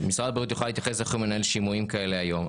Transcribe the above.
משרד הבריאות יוכל להתייחס איך הוא מנהל שימועים כאלה היום,